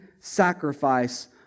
sacrifice